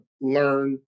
learn